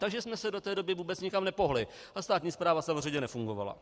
Takže jsme se do té doby vůbec nikam nepohnuli a státní správa samozřejmě nefungovala.